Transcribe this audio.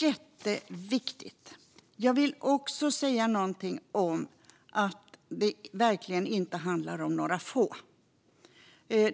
Detta är jätteviktigt. Jag vill också säga någonting om att det verkligen inte handlar om några få.